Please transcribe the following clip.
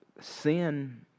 sin